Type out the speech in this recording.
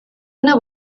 una